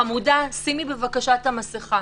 חמודה, שימי בבקשה את המסכה.